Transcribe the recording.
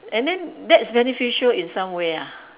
and then that's beneficial in some way ah